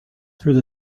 through